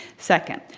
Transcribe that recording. second,